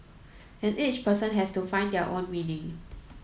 and each person has to find their own meaning